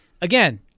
Again